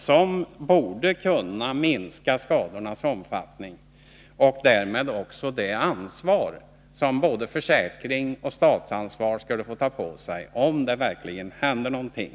Detta borde kunna minska skadornas omfattning och därmed också det ansvar som både försäkringsbolag och staten skulle få ta på sig om det verkligen hände någonting.